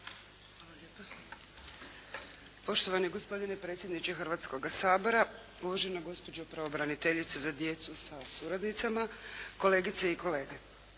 Suzana (HDZ)** Poštovani gospodine predsjedniče Hrvatskoga sabora, uvažena gospođo pravobraniteljice za djecu sa suradnicama, kolegice i kolege.